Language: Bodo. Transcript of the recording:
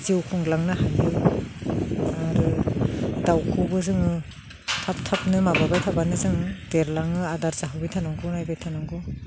जिउ खुंलांनो हायो आरो दाउखौबो जोङो थाब थाबनो माबाबाय थाबानो जों देरलाङो आदार जाहोबाय थानांगौ नायबाय थानांगौ